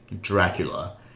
Dracula